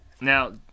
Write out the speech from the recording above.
now